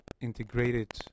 integrated